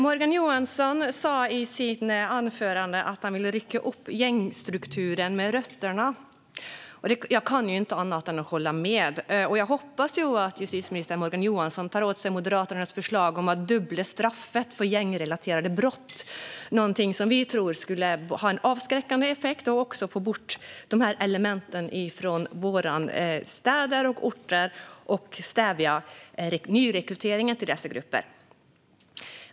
Morgan Johansson sa i sitt anförande att han vill rycka upp gängstrukturen med rötterna. Jag kan inte annat än hålla med. Jag hoppas att justitieminister Morgan Johansson tar till sig Moderaternas förslag om att dubbla straffet för gängrelaterade brott, något vi tror skulle ha avskräckande effekt och också få bort dessa element från våra städer och orter och stävja nyrekryteringen till dessa grupper.